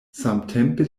samtempe